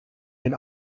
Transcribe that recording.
den